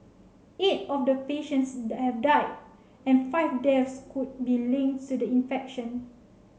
eight of the patients have died and five deaths could be linked to the infection